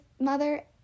Mother